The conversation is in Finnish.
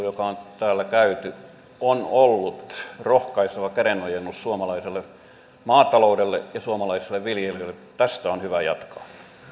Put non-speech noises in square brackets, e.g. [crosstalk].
[unintelligible] joka on täällä käyty on ollut rohkaiseva kädenojennus suomalaiselle maataloudelle ja suomalaisille viljelijöille tästä on hyvä jatkaa